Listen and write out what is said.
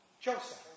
Joseph